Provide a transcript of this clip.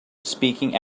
speaking